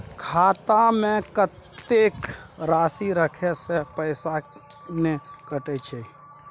खाता में कत्ते राशि रखे से पैसा ने कटै छै?